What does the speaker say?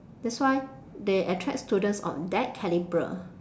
that's why they attract students of that calibre